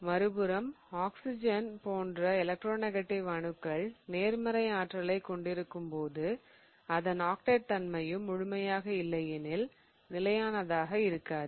மறுபுறம் ஆக்ஸிஜன் போன்ற எலக்ட்ரோநெக்டிவ் அணுக்கள் நேர்மறை ஆற்றலை கொண்டிருக்கும் போது அதன் ஆக்டெட் தன்மையும் முழுமையாக இல்லை எனில் நிலையானதாக இருக்காது